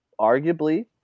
arguably